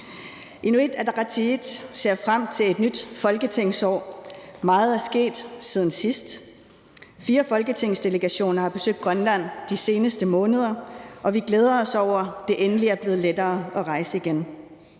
Inuit Ataqatigiit ser frem til et nyt folketingsår. Meget er sket siden sidst. Fire folketingsdelegationer har besøgt Grønland de seneste måneder, og vi glæder os over, at det endelig er blevet lettere at rejse igen.